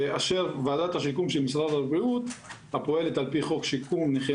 ואשר ועדת השיקום של משרד הבריאות הפועלת על פי חוק שיקום נכי